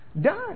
done